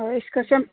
यसको सेम